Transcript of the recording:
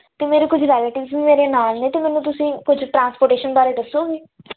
ਅਤੇ ਮੇਰੇ ਕੁਝ ਰੈਲੇਟਿਵਸ ਵੀ ਮੇਰੇ ਨਾਲ਼ ਨੇ ਅਤੇ ਮੈਨੂੰ ਤੁਸੀਂ ਕੁਝ ਟਰਾਂਸਪੋਰਟੇਸ਼ਨ ਬਾਰੇ ਦੱਸੋਗੇ